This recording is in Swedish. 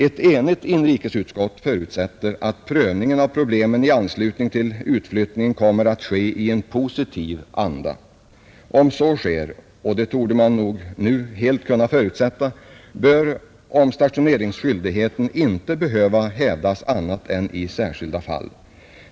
Ett enigt inrikesutskott förutsätter att prövningen av problemen i anslutning till utflyttningen kommer att ske i en positiv anda. Om så sker — och det torde man nu helt kunna förutsätta — bör omstationeringsskyldigheten inte behöva hävdas annat än i särskilda fall.